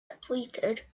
depleted